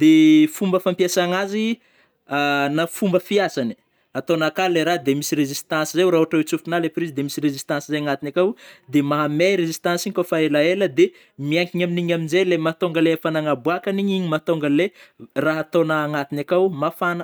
de fomba fampiasagn'azy na fomba fiasana i, atônô kà le rah de misy resistance zai o rah ôhatra atsofokonô lai prizy de misy resistance zay agnatigny akao, de mahamay resistance igny koa fa elaela de miankigny amin'iny amnjay le mahatônga le hafanagna aboakagny igny mahatônga anle raha atôna agnatigny akao mafagna.